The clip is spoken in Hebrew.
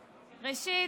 ראשית,